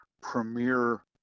premier